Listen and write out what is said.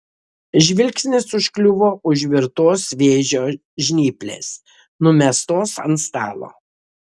žvilgsnis užkliuvo už virtos vėžio žnyplės numestos ant stalo